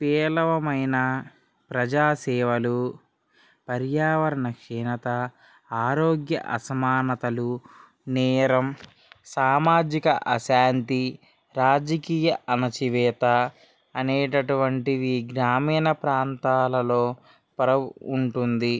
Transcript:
పేలవమైన ప్రజాసేవలు పర్యావరణ క్షీణత ఆరోగ్య అసమానతలు నేరం సామాజిక అశాంతి రాజకీయ అణచివేత అనేటటువంటివి గ్రామీణ ప్రాంతాలలో ఉంటుంది